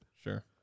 Sure